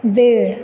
वेळ